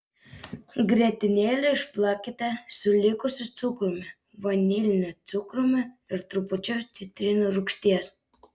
grietinėlę išplakite su likusiu cukrumi vaniliniu cukrumi ir trupučiu citrinų rūgšties